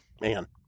Man